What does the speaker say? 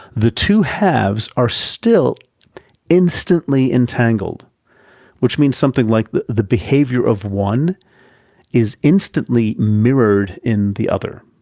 the two halves are still instantly entangled which means something like the the behavior of one is instantly mirrored in the other.